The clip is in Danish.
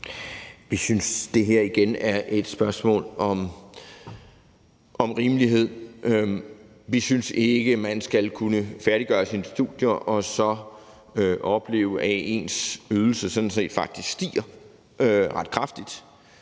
Jeg synes, det her er et spørgsmål om rimelighed. Vi synes ikke, man skal kunne færdiggøre sine studier og så opleve, at ens ydelse sådan set faktisk stiger ret kraftigt.